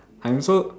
I am also